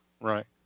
Right